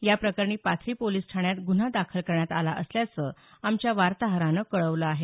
याप्रकरणी पाथरी पोलीस ठाण्यात गुन्हा दाखल करण्यात आला असल्याचं आमच्या वार्ताहरानं कळवलं आहे